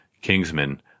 Kingsman